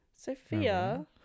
Sophia